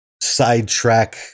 sidetrack